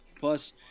Plus